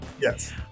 Yes